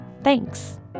Thanks